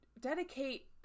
dedicate